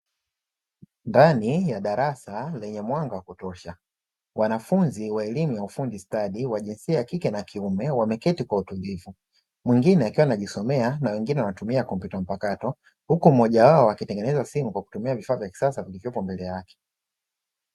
Ndani ya darasa lenye mwanga wa kutosha wanafunzi wa chuo cha ufundi stadi wa jinsia ya kike na kiume wameketi kwa utulivu mwingine akiwa anajisomea na wengine wakitumia kompyuta mpakato, huku mmoja wao akitengeneza simu kwa kutumia vifaa vya kisasa vikiwepo mbele yake.